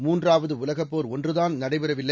மூன்றாவது உலகப் போர் ஒன்றுதான் நடைபெறவில்லை